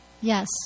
Yes